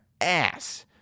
ass